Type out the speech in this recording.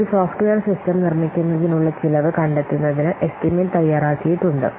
ഒരു software system നിർമ്മിക്കുന്നതിനുള്ള ചെലവ് കണ്ടെത്തുന്നതിന് എസ്റ്റിമേറ്റ് തയ്യാറാക്കിയിട്ടുണ്ട്